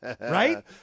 Right